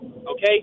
Okay